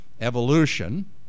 evolution